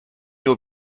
nur